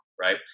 Right